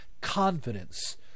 confidence